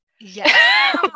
Yes